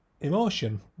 emotion